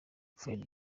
freddy